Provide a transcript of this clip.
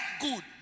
good